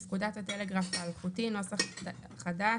בפקודת הטלגרף האלחוטי נוסח חדש,